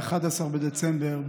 11 בדצמבר,